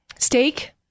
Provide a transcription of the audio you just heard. Steak